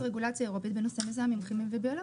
לעניין מזהמים כימיים וביולוגיים.